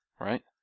right